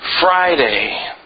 Friday